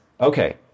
Okay